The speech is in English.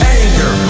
anger